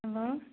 hello